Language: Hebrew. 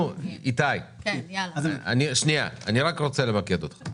איתי, אני רק רוצה למקד אותך.